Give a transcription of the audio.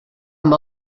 amb